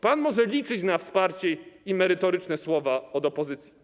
Pan może liczyć na wsparcie i merytoryczne słowa opozycji.